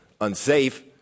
unsafe